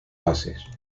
bases